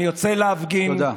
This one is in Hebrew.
אני יוצא להפגין, תודה.